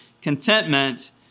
Contentment